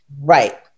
Right